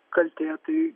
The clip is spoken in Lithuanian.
kaltė tai